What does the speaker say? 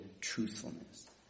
truthfulness